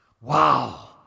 Wow